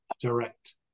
Direct